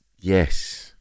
Yes